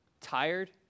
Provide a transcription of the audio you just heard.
tired